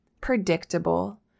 predictable